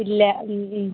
ഇല്ല